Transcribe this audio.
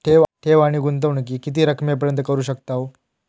ठेव आणि गुंतवणूकी किती रकमेपर्यंत करू शकतव?